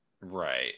Right